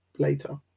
Later